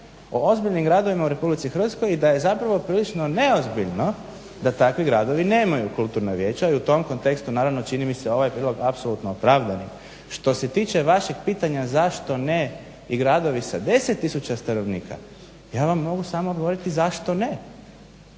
o ozbiljnim gradovima u RH i da je neozbiljno da takvi gradovi nemaju kulturna vijeća i u tom kontekstu naravno čini mi se ovaj prijedlog apsolutno opravdanim. Što se tiče vašeg pitanja zašto ne i gradovi sa 10 tisuća stanovnika? Ja vam mogu samo odgovoriti zašto ne.